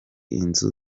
inzu